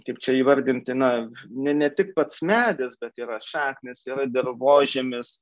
kaip čia įvardinti na ne ne tik pats medis bet yra šaknys yra dirvožemis